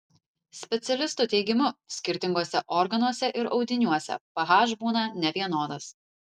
specialistų teigimu skirtinguose organuose ir audiniuose ph būna nevienodas